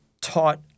taught